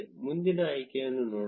ಮುಂದಿನ ಆಯ್ಕೆಯನ್ನು ನೋಡೋಣ